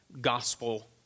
gospel